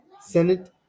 Senate